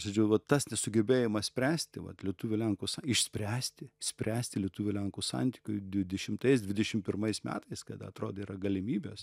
žodžiu va tas nesugebėjimas spręsti vat lietuvių lenkų išspręsti spręsti lietuvių lenkų santykių dvidešimtais dvidešim pirmais metais kada atrodė yra galimybės